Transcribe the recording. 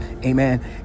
amen